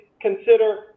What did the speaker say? consider